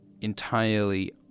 entirely